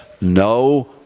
No